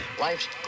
Life's